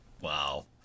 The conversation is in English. Wow